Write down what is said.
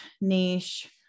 niche